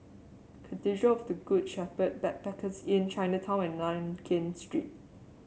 Cathedral of the Good Shepherd Backpackers Inn Chinatown and Nankin Street